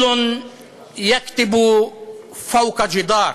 (אומר דברים בשפה הערבית,